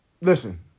Listen